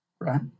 right